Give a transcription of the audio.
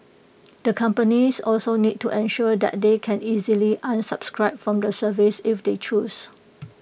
the companies also need to ensure that they can easily unsubscribe from the service if they choose